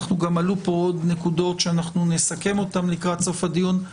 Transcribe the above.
גם עלו פה עוד נקודות שאנחנו נסכם אותן לקראת סוף הדיון,